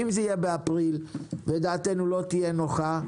אם זה יהיה באפריל ודעתנו לא תהיה נוחה,